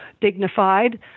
dignified